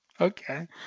Okay